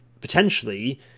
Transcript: potentially